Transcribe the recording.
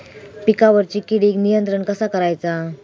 पिकावरची किडीक नियंत्रण कसा करायचा?